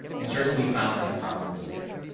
and certainly, we found that problem was there.